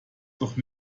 doch